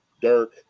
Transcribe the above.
Dirk